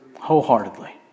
wholeheartedly